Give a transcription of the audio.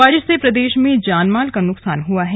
बारिश से प्रदेश में जान माल का नुकसान हआ है